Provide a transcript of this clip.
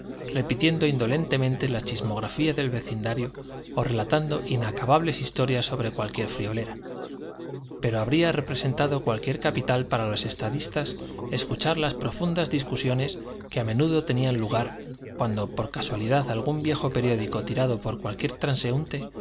repitiendo indolentemente la chismografía del vecindario o relatando inacabables historias sobre cualquier friolera pero habría representado cualquier capital para los estadistas escuchar las profundas discusiones que a menudo tenían lugar cuando por casualidad algún viejo periódico tirado por cualquier transeúnte